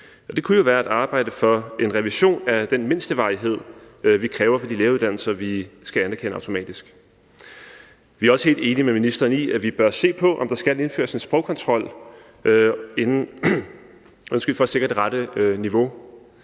det kunne jo være at arbejde for en revision af den mindstevarighed, vi kræver, for de lægeuddannelser, vi skal anerkende automatisk. Vi er også helt enige med ministeren i, at vi bør se på, om der skal indføres en sprogkontrol for at sikre det rette niveau,